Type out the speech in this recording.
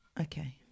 Okay